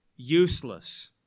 Useless